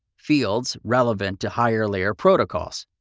fields relevant to higher-layer protocols.